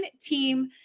team